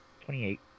Twenty-eight